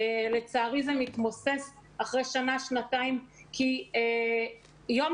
לצערי זה מתמוסס אחרי שנה-שנתיים כי יום